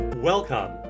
Welcome